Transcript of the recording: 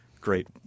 great